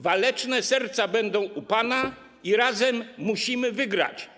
Waleczne Serca będą u pana i razem musimy wygrać.